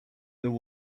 there